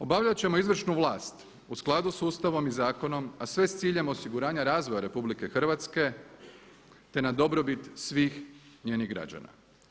Obavljat ćemo izvršnu vlast u skladu sa Ustavom i zakonom a sve s ciljem osiguranja razvoja Republike Hrvatske, te na dobrobit svih njenih građana.